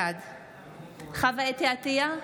בעד חוה אתי עטייה,